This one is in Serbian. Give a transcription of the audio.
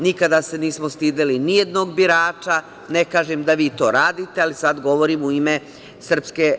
Nikada se nismo stideli nijednog birača, ne kažem da vi to radite, ali sada govorim u ime SRS.